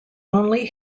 only